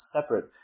separate